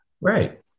Right